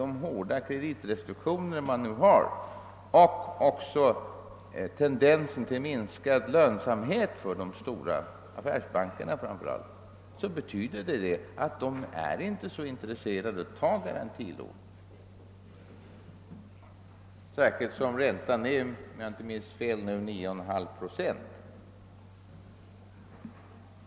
De hårda kreditrestriktionerna och tendensen till minskad lönsamhet för framför allt de stora affärsbankerna gör att dessa inte är så intresserade av garantilån — detta är ju ingen hemlighet — särskilt som räntan om jag inte minns fel är 9,5 procent.